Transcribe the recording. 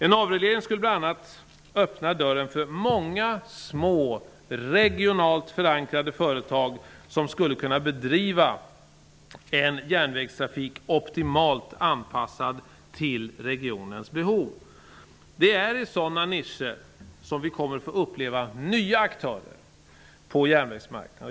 En avreglering skulle bl.a. öppna dörren för många små regionalt förankrade företag som skulle kunna bedriva en järnvägstrafik optimalt anpassad till regionens behov. Det är i sådana nischer som vi kommer att få uppleva nya aktörer på järnvägsmarknaden.